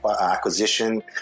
acquisition